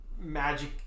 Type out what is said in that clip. magic